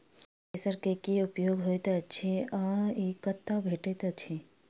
Thresher केँ की उपयोग होइत अछि आ ई कतह भेटइत अछि?